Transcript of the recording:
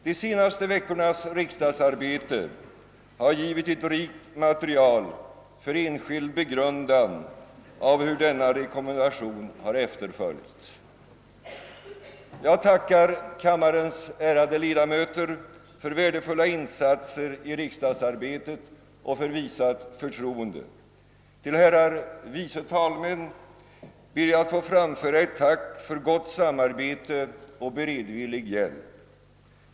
De senaste veckornas riksdagsarbete har givit ett rikt material för enskild begrundan av hur denna rekommendation efterföljts. Jag tackar kammarens ärade ledamöter för värdefulla insatser i riksdagsarbetet och för visat förtroende. Till herrar vice talmän ber jag att få framföra ett tack för gott samarbete och beredvillig hjälp.